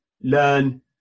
learn